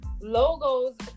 logos